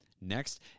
next